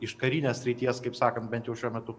iš karinės srities kaip sakant bent jau šiuo metu